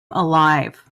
alive